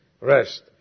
rest